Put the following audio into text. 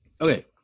okay